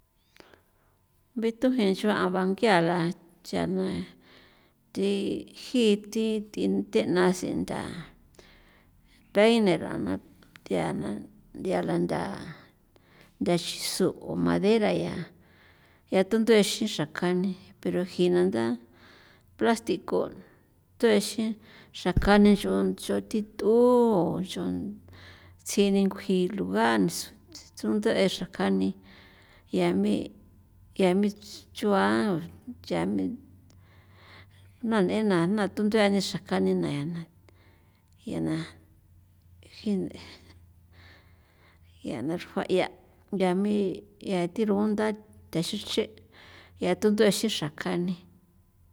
be tuje' ncho aba ngia la cha' na thi ji thi thi ntheꞌna senda peine lana thiana nth'ia lantha ntha nchisu' o madera ya ya tunduexin xra kani pero jina ntha plastico tuexin xra kani nch'on nch'on thi t'u nch'on tsini nkjui luga tsunde'e xra kani yami yami chua yami na n'ena ya tu nthuani xra kani ya na ya na jin yana xr'ua ya yami thi rugunda ntha xiche ya thi tunduexin xra kani.